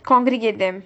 congregate them